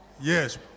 Yes